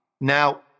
Now